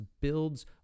builds